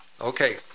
Okay